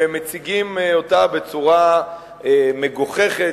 ומציגים אותה בצורה מגוחכת,